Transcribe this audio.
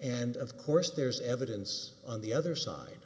and of course there's evidence on the other side